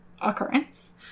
occurrence